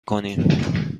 کنیم